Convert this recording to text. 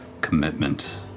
commitment